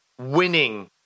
winning